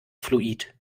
fluid